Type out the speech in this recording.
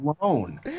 alone